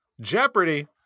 Jeopardy